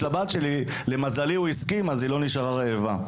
לבת שלי ולמזלי הוא הסכים אז היא לא נשארה רעבה.